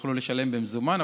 יוכלו לשלם במזומן.